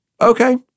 Okay